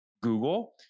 Google